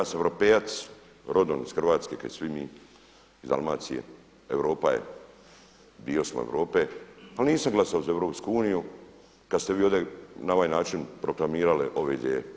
Ja sam europejac, rodom iz Hrvatske kao i svi mi, iz Dalmacije, Europa je, dio smo Europe ali nisam glasao za Europsku uniju kada ste vi ovdje na ovaj način proklamirali ove ideje.